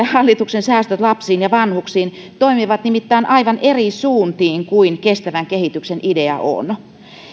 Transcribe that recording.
hallituksen säästöt lapsiin ja vanhuksiin toimivat nimittäin aivan eri suuntiin kuin kestävän kehityksen idea on